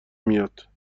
میاد